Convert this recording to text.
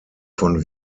von